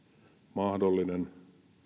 mahdollinen